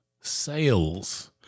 sales